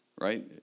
right